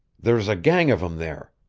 there's a gang of em there.